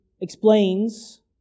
explains